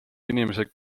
inimesed